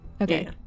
Okay